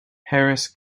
harris